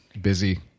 busy